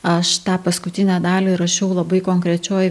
aš tą paskutinę dalį rašiau labai konkrečioj